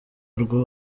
urwo